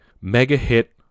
mega-hit